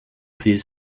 these